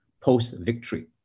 post-victory